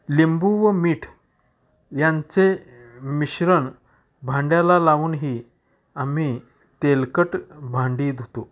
लिंबू व मीठ यांचे मिश्रण भांड्याला लावूनही आम्ही तेलकट भांडी धुतो